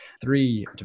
Three